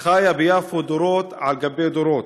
חיה ביפו דורות על דורות,